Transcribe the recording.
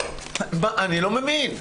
אני לא מבין.